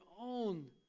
own